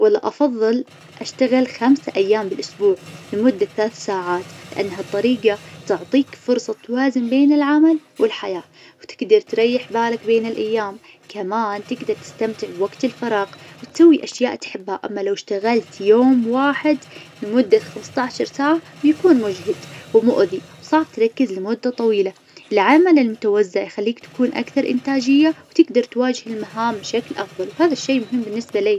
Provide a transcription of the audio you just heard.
ولا أفظل أشتغل خمس أيام بالأسبوع لمدة ثلاث ساعات لأن ها الطريقة تعطيك فرصة توازن بين العمل والحياة، وتقدر تريح بالك بين الأيام. كمان تقدر تستمتع بوقت الفراغ وتسوي أشياء تحبها، أما لو اشتغلت يوم واحد لمدة خمسة عشر ساعة بيكون مجهد ومؤذي وصعب تركز لمدة طويلة. العمل المتوزع يخليك تكون أكثر انتاجية وتقدر تواجه المهام بشكل أفظل، وهذا الشي مهم بالنسبة لي.